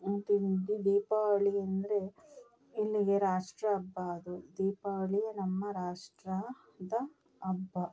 ತಿಂದು ದೀಪಾವಳಿ ಅಂದರೆ ಇಲ್ಲಿಗೆ ರಾಷ್ಟ್ರ ಹಬ್ಬ ಅದು ದೀಪಾವಳಿ ನಮ್ಮ ರಾಷ್ಟ್ರ ದ ಹಬ್ಬ